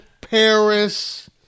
Paris